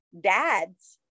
dads